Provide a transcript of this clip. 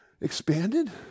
expanded